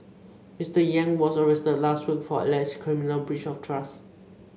Mister Yang was arrested last week for alleged criminal breach of trust